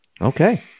Okay